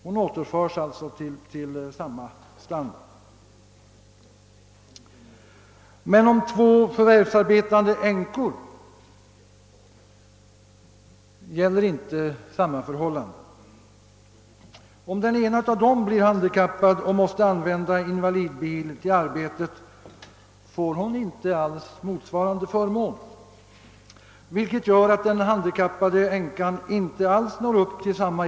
Hon återförs alltså till samma standard. Men samma förhållande gäller inte för två förvärvsarbetande änkor. Om den ena av dem blir handikappad. och måste använda invalidbil till arbetet, får hon inte alls motsvarande förmån, vilket gör att den handikappade änkan inte når upp till samma .